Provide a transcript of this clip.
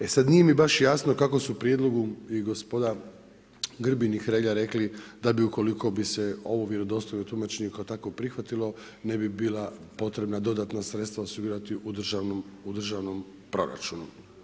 E sada nije mi baš jasno kako su u prijedlogu i gospoda Grbin i Hrelja rekli da bi ukoliko bi se ovo vjerodostojno tumačenje kao takvo prihvatilo ne bi bila potrebna dodatna sredstva sudjelovati u državnom proračunu.